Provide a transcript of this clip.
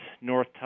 North